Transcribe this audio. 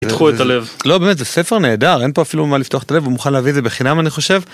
פתחו את הלב. לא באמת, זה ספר נהדר, אין פה אפילו מה לפתוח את הלב, הוא מוכן להביא את זה בחינם אני חושב.